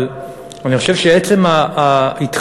אבל אני חושב שעצם ההתחמקות,